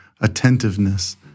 attentiveness